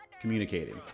communicating